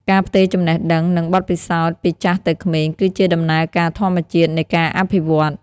ការផ្ទេរចំណេះដឹង និងបទពិសោធន៍ពីចាស់ទៅក្មេង គឺជាដំណើរការធម្មជាតិនៃការអភិវឌ្ឍ។